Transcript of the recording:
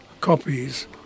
copies